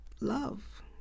love